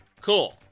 cool